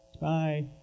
Bye